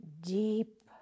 deep